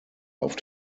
auf